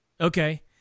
Okay